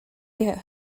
get